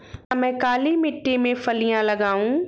क्या मैं काली मिट्टी में फलियां लगाऊँ?